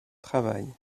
travail